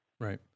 Right